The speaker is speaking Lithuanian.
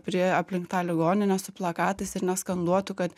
prie aplink tą ligoninę su plakatais ir neskanduotų kad